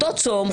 אותו צום,